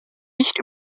nicht